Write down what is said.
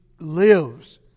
lives